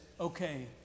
Okay